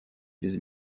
без